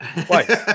twice